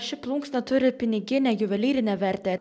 ar ši plunksna turi piniginę juvelyrinę vertę